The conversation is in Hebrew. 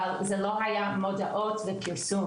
אבל זה לא היה מודעות ופרסום,